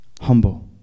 humble